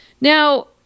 Now